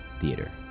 Theater